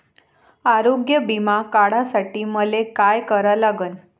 आरोग्य बिमा काढासाठी मले काय करा लागन?